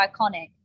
iconic